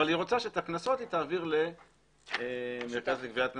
אבל היא רוצה שאת הקנסות היא תעביר למרכז לגביית קנסות,